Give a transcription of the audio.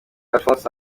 alphonse